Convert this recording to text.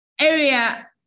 area